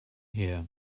here